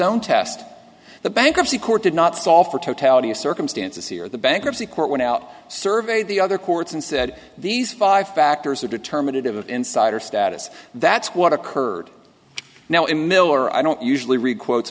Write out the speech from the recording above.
own test the bankruptcy court did not fall for totality of circumstances here the bankruptcy court went out surveyed the other courts and said these five factors are determinative of insider status that's what occurred now in miller i don't usually read quotes